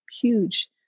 huge